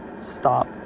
stop